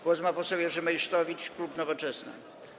Głos ma poseł Jerzy Meysztowicz, klub Nowoczesna.